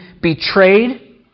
betrayed